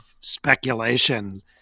speculation